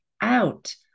out